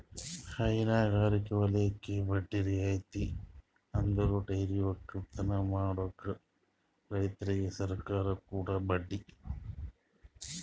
ಹೈನಗಾರಿಕೆ ವಲಯಕ್ಕೆ ಬಡ್ಡಿ ರಿಯಾಯಿತಿ ಅಂದುರ್ ಡೈರಿ ಒಕ್ಕಲತನ ಮಾಡ್ಲುಕ್ ರೈತುರಿಗ್ ಸರ್ಕಾರ ಕೊಡೋ ಬಡ್ಡಿ